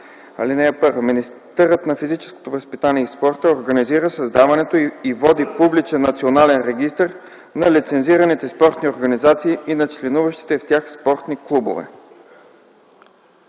така: „(1) Министърът на физическото възпитание и спорта организира създаването и води публичен национален регистър на лицензираните спортни организации и на членуващите в тях спортни клубове.”